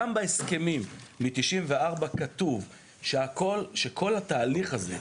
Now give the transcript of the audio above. גם בהסכמים של 1994 כתוב שכל התהליך הזה,